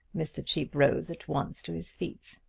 mr. cheape rose at once to his feet.